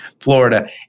Florida